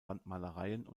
wandmalereien